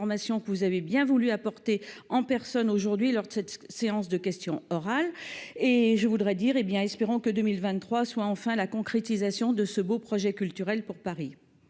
que vous avez bien voulu apporter en personne aujourd'hui, lors de cette séance de questions orales et je voudrais dire, hé bien, espérons que 2023 soit enfin la concrétisation de ce beau projet culturel pour Paris.